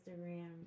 Instagram